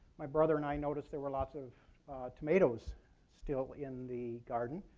my brother and i noticed there were lots of tomatoes still in the garden.